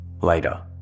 Later